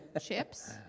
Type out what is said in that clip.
chips